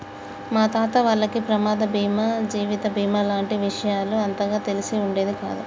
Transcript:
మా తాత వాళ్లకి ప్రమాద బీమా జీవిత బీమా లాంటి విషయాలు అంతగా తెలిసి ఉండేది కాదు